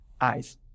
eyes